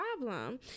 problem